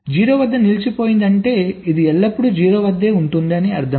0 వద్ద నిలిచిపోయింది అంటే ఇది ఎల్లప్పుడూ 0 వద్ద ఉంటుంది అని అర్థం